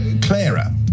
Clara